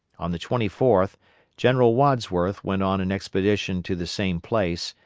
on the twenty fourth general wadsworth went on an expedition to the same place,